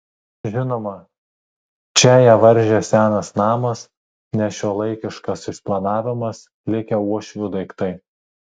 žinoma čia ją varžė senas namas nešiuolaikiškas išplanavimas likę uošvių daiktai